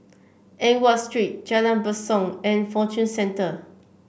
Eng Watt Street Jalan Basong and Fortune Centre